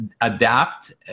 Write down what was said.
adapt